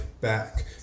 back